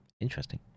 Interesting